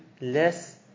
less